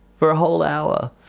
for a whole hour.